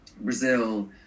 Brazil